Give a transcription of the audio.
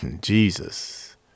Jesus